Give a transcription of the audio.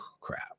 crap